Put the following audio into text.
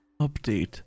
update